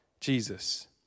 Jesus